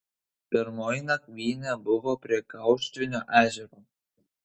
pirmoji nakvynė buvo prie gauštvinio ežero